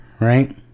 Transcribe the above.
right